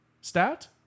stat